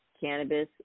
cannabis